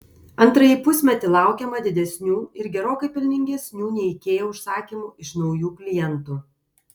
antrąjį pusmetį laukiama didesnių ir gerokai pelningesnių nei ikea užsakymų iš naujų klientų